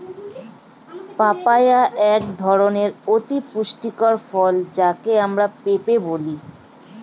papaya এক ধরনের অতি পুষ্টিকর ফল যাকে আমরা পেঁপে বলি